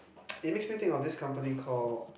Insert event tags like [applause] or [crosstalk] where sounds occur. [noise] it make me think of this company call